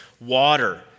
water